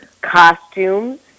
costumes